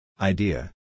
Idea